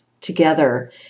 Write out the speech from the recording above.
together